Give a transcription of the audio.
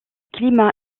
climat